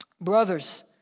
Brothers